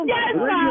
Yes